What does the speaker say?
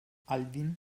alwin